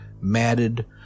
matted